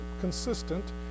consistent